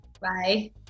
Bye